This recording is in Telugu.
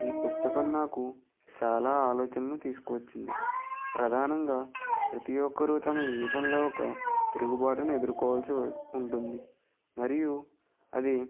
ఈ పుస్తకం నాకు చాలా ఆలోచనలు తీసుకొచ్చింది ప్రధానంగా ప్రతీ ఒక్కరు తమ జీవితంలో ఒక తిరుగుబాటును ఎదుర్కోవాల్సి ఉంటుంది మరియు అది